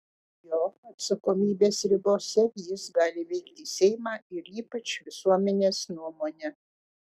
jo atsakomybės ribose jis gali veikti seimą ir ypač visuomenės nuomonę